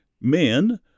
men